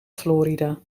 florida